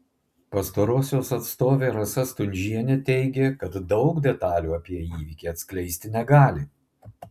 pastarosios atstovė rasa stundžienė teigė kad daug detalių apie įvykį atskleisti negali